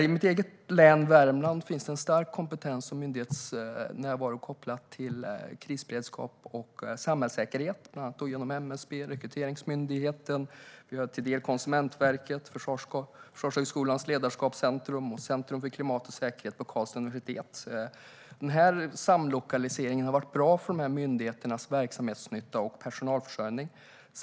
I mitt eget län Värmland finns en stark kompetens och myndighetsnärvaro kopplat till krisberedskap och samhällssäkerhet, bland annat genom MSB, Rekryteringsmyndigheten och, till en del, Konsumentverket, Försvarshögskolans ledarskapscentrum och Centrum för klimat och säkerhet på Karlstads universitet. Samlokaliseringen har varit bra för dessa myndigheters verksamhetsnytta och personalförsörjning.